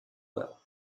well